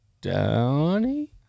Donnie